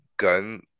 Gun